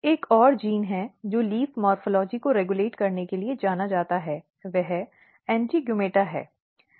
एक और जीन जो पत्ती मॉर्फ़ॉलजी को रेगुलेट करने के लिए जाना जाता है वह AINTEGUMETA है